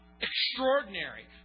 extraordinary